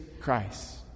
Christ